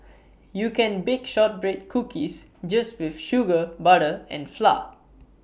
you can bake Shortbread Cookies just with sugar butter and flour